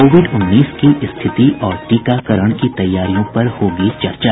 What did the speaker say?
Covid उन्नीस की स्थिति और टीकाकरण की तैयारियों पर होगी चर्चा